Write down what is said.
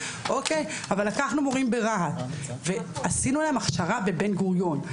אבל לקחנו מורים ברהט ועשינו להם הכשרה בבן גוריון.